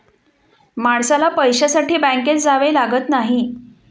माणसाला पैशासाठी बँकेत जावे लागत नाही